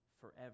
forever